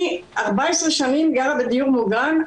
אני 14 שנים גרה בדיור מוגן,